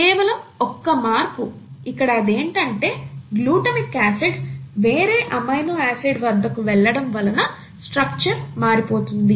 కేవలం ఒక్క మార్పు ఇక్కడ అదేంటంటే గ్లుటామిక్ ఆసిడ్ వేరే ఎమినో ఆసిడ్ వద్దకు వెళ్ళటం వలన స్ట్రక్చర్ మారిపోతుంది